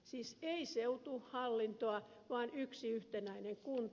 siis ei seutuhallintoa vaan yksi yhtenäinen kunta